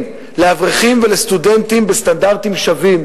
לאברכים ולסטודנטים בסטנדרטים שווים.